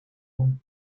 room